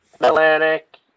Atlantic